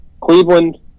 Cleveland